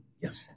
Yes